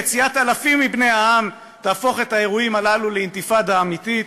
יציאת אלפים מבני העם תהפוך את האירועים הללו לאינתיפאדה אמיתית".